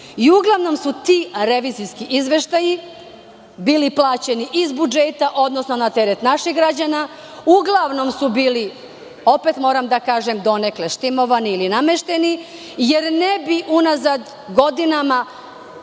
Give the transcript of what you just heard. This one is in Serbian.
Uglavnom su ti revizijski izveštaji bili plaćeni iz budžeta, odnosno na teret naših građana, uglavnom su bili donekle štimovani ili namešteni, jer ne bi unazad godinama